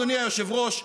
אדוני היושב-ראש,